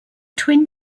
twin